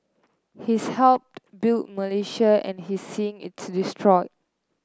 he's helped built Malaysia and he seeing it's destroy